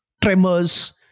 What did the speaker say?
tremors